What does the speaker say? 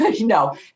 No